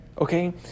Okay